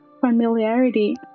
familiarity